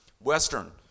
Western